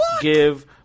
give